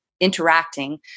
interacting